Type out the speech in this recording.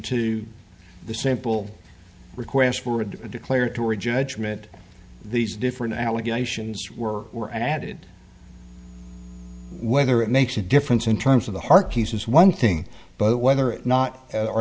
to the simple request for a declaratory judgment these different allegations were were added whether it makes a difference in terms of the heart he says one thing but whether or not or